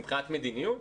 מבחינת מדיניות,